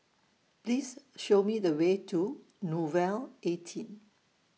Please Show Me The Way to Nouvel eighteen